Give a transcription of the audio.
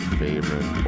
favorite